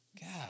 God